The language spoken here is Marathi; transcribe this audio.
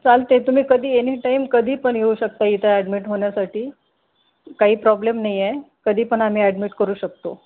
चालतंय तुम्ही कधी एनीटाईम कधीपण येऊ शकता इथं ॲडमिट होण्यासाठी काही प्रॉब्लेम नाही आहे कधीपण आम्ही ॲडमिट करू शकतो